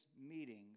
meetings